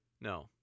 No